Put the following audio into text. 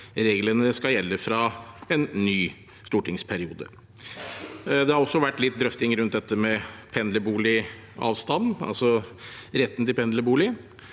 reglene skal gjelde fra en ny stortingsperiode. Det har vært litt drøftinger rundt dette med pendlerboligavstand, altså retten til pendlerbolig,